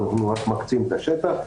אנחנו רק מקצים את השטח.